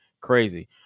crazy